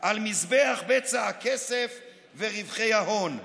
על מזבח בצע הכסף ורווחי ההון.